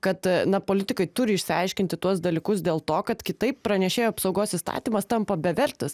kad na politikai turi išsiaiškinti tuos dalykus dėl to kad kitaip pranešėjų apsaugos įstatymas tampa bevertis